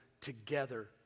together